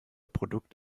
produkt